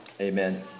Amen